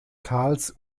karls